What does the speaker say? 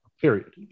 period